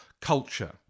culture